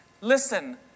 Listen